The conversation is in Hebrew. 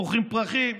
מוכרים פרחים.